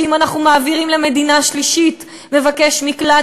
שאם אנחנו מעבירים למדינה שלישית מבקש מקלט,